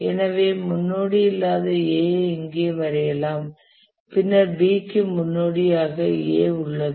எனவே முன்னோடி இல்லாத A ஐ இங்கே வரையலாம் பின்னர் B க்கு முன்னோடியாக A உள்ளது